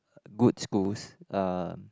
good schools uh